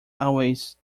always